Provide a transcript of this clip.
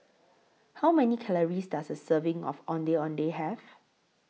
How Many Calories Does A Serving of Ondeh Ondeh Have